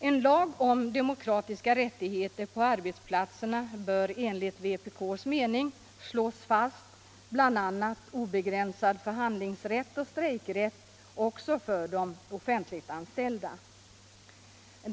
En lag om demokratiska rättigheter på arbetsplatserna bör enligt vpk:s mening slå fast bl.a. obegränsad förhandlingsrätt och strejkrätt också för de offentligt anställda.